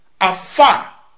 afar